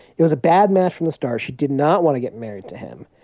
it was a bad match from the start. she did not want to get married to him.